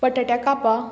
पटाट्या कापा